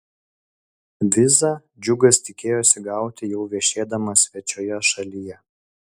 vizą džiugas tikėjosi gauti jau viešėdamas svečioje šalyje